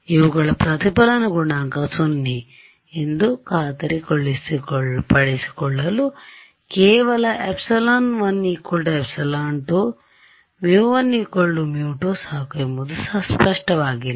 ಇವುಗಳ ಪ್ರತಿಫಲನ ಗುಣಾಂಕ 0 ಎಂದು ಖಾತರಿಪಡಿಸಿಕೊಳ್ಳಲು ಕೇವಲ ε1 ε2 μ1 μ2 ಸಾಕು ಎಂಬುದು ಸ್ಪಷ್ಟವಾಗಿಲ್ಲ